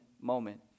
moment